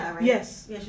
yes